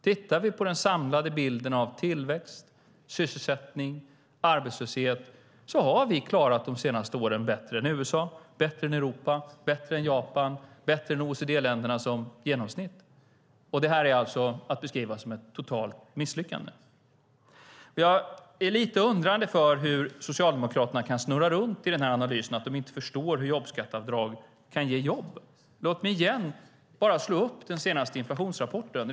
Med den samlade bilden av tillväxt, sysselsättning och arbetslöshet har vi klarat de senaste åren bättre än USA, bättre än Europa, bättre än Japan, bättre än OECD-länderna som genomsnitt. Och det här är alltså att beskriva som ett totalt misslyckande! Jag är lite undrande över hur Socialdemokraterna kan snurra runt i den här analysen, att de inte förstår hur jobbskatteavdrag kan ge jobb. Låt mig igen bara slå upp den senaste inflationsrapporten.